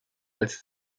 als